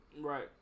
Right